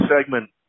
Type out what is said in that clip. segment